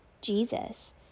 Jesus